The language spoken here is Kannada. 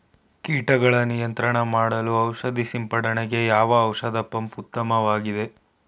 ಕೀಟಗಳ ನಿಯಂತ್ರಣ ಮಾಡಲು ಔಷಧಿ ಸಿಂಪಡಣೆಗೆ ಯಾವ ಔಷಧ ಪಂಪ್ ಉತ್ತಮವಾಗಿದೆ?